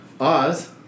Oz